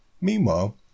Meanwhile